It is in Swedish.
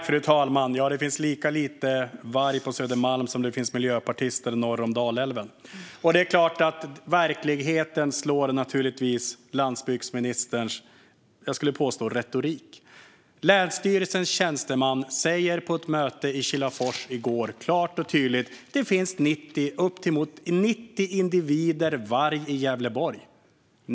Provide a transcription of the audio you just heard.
Fru talman! Det finns lika lite varg på Södermalm som det finns miljöpartister norr om Dalälven. Det är klart att verkligheten slår landsbygdsministerns retorik, som jag skulle vilja påstå att det är. Länsstyrelsens tjänsteman sa på ett möte i Kilafors i går klart och tydligt: Det finns uppemot 90 individer varg i Gävleborg.